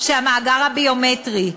שהמאגר הביומטרי,